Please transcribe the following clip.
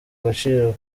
agaciro